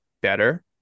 better